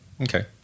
Okay